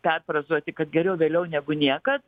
perfrazuoti kad geriau vėliau negu niekad